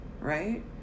right